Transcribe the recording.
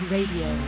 Radio